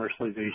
commercialization